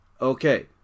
Okay